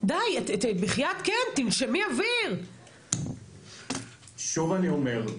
שוב אני אומר,